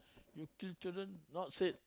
you kill children not say